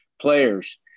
players